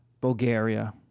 Bulgaria